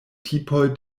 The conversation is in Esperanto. tipoj